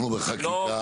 אנחנו בחקיקה,